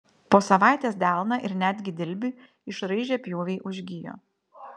po savaitės delną ir netgi dilbį išraižę pjūviai užgijo